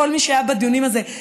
כל מי שהיה בדיונים האלה,